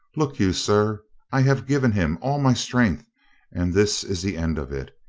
look you, sir, i have given him all my strength and this is the end of it.